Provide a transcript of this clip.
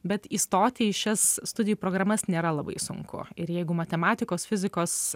bet įstoti į šias studijų programas nėra labai sunku ir jeigu matematikos fizikos